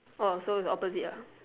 oh so is opposite ah